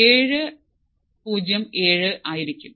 707 ആയിരിക്കും